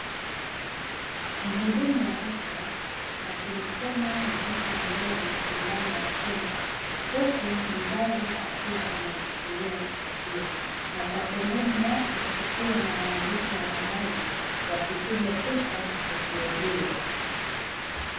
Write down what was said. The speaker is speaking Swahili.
Mhudumu wa afya akimchoma mtoto mdogo sindano ya kinga, huku mzazi akiwa amemshikilia mtoto huyo, na kwa pembeni yake kukiwa na waandishi wa habari wakipiga picha tukio hilo.